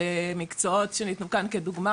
למקצועות שניתנו כאן כדוגמה,